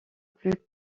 plus